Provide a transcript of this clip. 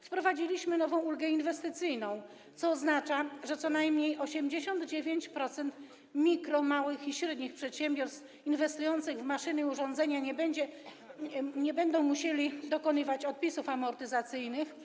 Wprowadziliśmy nową ulgę inwestycyjną, co oznacza, że co najmniej 89% mikro-, małych i średnich przedsiębiorstw inwestujących w maszyny i urządzenia nie będzie musiało dokonywać odpisów amortyzacyjnych.